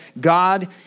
God